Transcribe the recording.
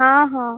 ହଁ ହଁ